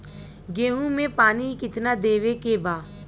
गेहूँ मे पानी कितनादेवे के बा?